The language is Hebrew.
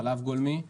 חלב גולמי,